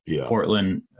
Portland